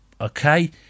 Okay